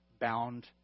bound